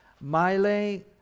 Miley